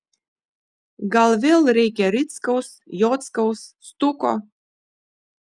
gal vėl reikia rickaus jockaus stuko